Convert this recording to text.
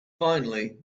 finally